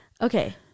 okay